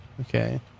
Okay